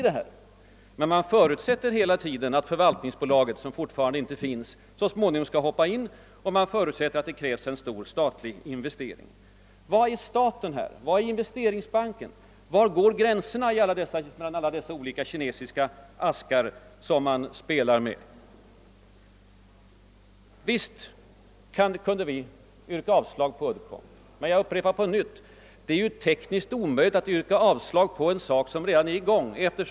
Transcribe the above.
Men hela tiden förutsatte man att förvaltningsbolaget — som då ännu inte fanns till — sedan skulle träda in, och man förutsatte att det krävdes stora statliga investeringar. Vad är staten och vad är Investeringsbanken i: det fallet? Var går gränserna mellan dessa olika kinesiska askar som man använder sig av? Visst hade vi kunnat yrka avslag på Uddcomb, men jag upprepar att det är tekniskt omöjligt att yrka avslag på någonting som redan är i gång.